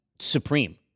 supreme